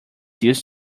used